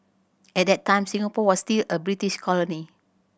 at that time Singapore was still a British colony